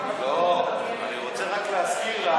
אני רוצה רק להזכיר לך,